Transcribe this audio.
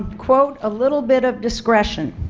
quote a little bit of discretion,